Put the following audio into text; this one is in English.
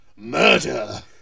Murder